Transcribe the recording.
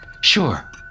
Sure